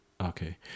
okay